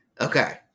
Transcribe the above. okay